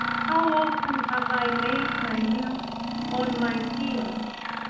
how often have i made my meals on my tears,